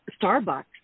Starbucks